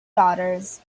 daughters